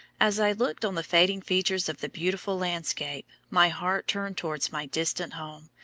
as i looked on the fading features of the beautiful landscape, my heart turned towards my distant home,